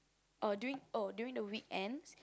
oh during oh during the weekends